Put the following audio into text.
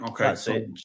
okay